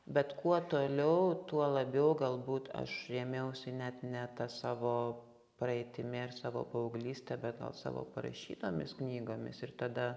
bet kuo toliau tuo labiau galbūt aš rėmiausi net ne ta savo praeitimi ir savo paauglyste be savo parašytomis knygomis ir tada